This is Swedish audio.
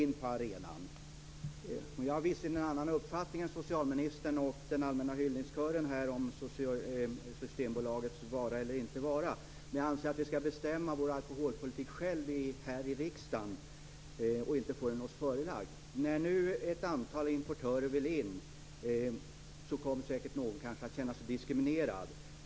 Jag har visserligen en annan uppfattning än socialministern och den allmänna hyllningskören här om Systembolagets vara eller inte vara. Men jag anser att vi skall bestämma Sveriges alkoholpolitik själva, här i riksdagen, och inte få den oss förelagd. När nu ett antal importörer vill in kommer säkert någon att känna sig diskriminerad.